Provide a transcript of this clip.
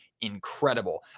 incredible